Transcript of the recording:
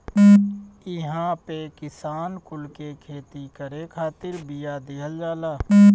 इहां पे किसान कुल के खेती करे खातिर बिया दिहल जाला